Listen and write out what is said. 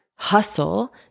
hustle